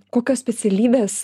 kokios specialybės